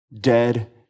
dead